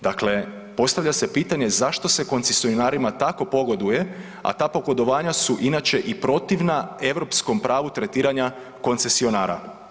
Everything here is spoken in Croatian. Dakle, postavlja se pitanje zašto se koncesionarima tako pogoduje, a ta pogodovanja su inače i protivna europskom pravu tretiranja koncesionara.